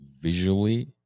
visually